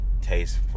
taste